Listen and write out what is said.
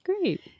Great